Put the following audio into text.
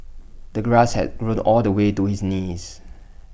the grass had grown all the way to his knees